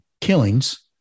killings